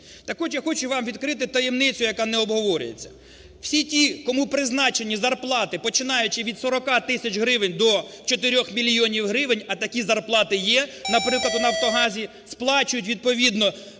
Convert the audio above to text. Так от, я хочу вам відкрити таємницю, яка не обговорюється. Всі ті, кому призначені зарплати, починаючи від 40 тисяч до 4 мільйонів гривень, а такі зарплати є, наприклад, у "Нафтогазі", сплачують відповідно